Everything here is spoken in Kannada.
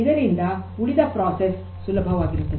ಇಂದರಿಂದ ಉಳಿದ ಪ್ರಕ್ರಿಯೆ ಸುಲಭವಾಗಿರುತ್ತದೆ